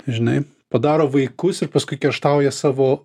žinai padaro vaikus ir paskui kerštauja savo